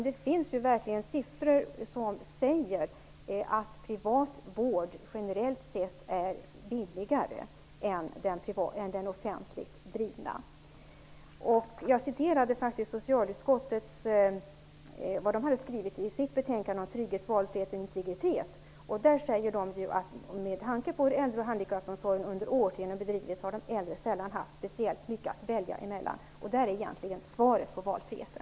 Det finns dock siffror som säger att privat vård generellt sett är billigare än offentligt driven vård. Jag citerade vad socialutskottet har skrivit i sitt betänkande om trygghet, valfrihet och integritet. Där säger utskottet att med tanke på hur äldre och handikappomsorgen under årtionden bedrivits har de äldre sällan haft speciellt mycket att välja mellan. Där har vi egentligen svaret när det gäller valfriheten.